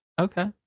Okay